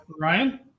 Ryan